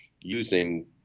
using